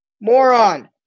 Moron